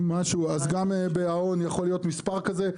אז גם בהאון יכול להיות מספר כזה.